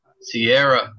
Sierra